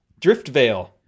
Driftvale